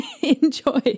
enjoy